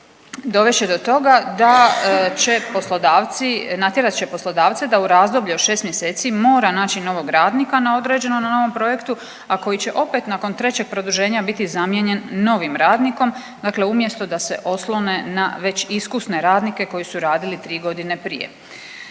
dovest će do toga da će poslodavci, natjerat će poslodavce da u razdoblju od 6 mjeseci mora naći novog radnika na određeno na novom projektu, a koji će opet nakon trećeg produženja biti zamijenjen novim radnikom, dakle umjesto da se oslone na već iskusne radnike koji su radili 3.g. prije.